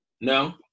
No